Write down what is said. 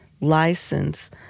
license